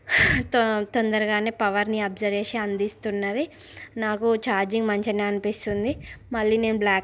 తొందరగానే పవర్ని అబ్జర్వ్ చేసి అందిస్తున్నది నాకు ఛార్జింగ్ మంచిగానే అనిపిస్తున్నది మళ్ళీ నేను బ్లాక్